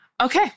okay